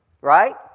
right